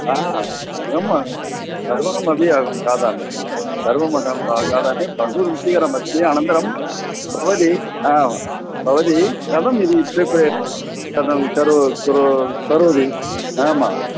अह अहं सर्वमपि अहं खादामि सर्वमहं खादामि बहु रुचिकरमस्ति अनन्तरं भवति भवती कथम् इति इत्युक्ते कथं करोति करोति आम्